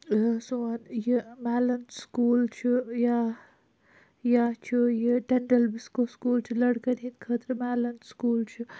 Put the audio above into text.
سون یہِ میلَن سکوٗل چھُ یا یا چھُ یہِ ٹِنڈَل بِسکو سکوٗل چھِ لٔڑکَن خٲطرٕ میلَن سکوٗل چھُ